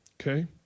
Okay